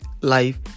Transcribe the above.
life